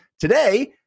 Today